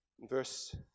Verse